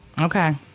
Okay